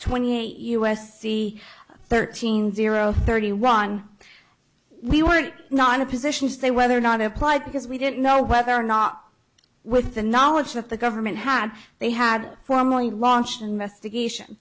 twenty eight us c thirteen zero thirty one we were not in a position to say whether or not applied because we didn't know whether or not with the knowledge that the government had they had formally launched an investigation